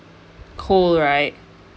cold right